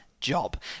job